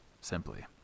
simply